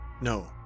No